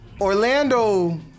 Orlando